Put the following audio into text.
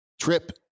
Trip